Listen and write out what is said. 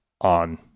on